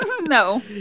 No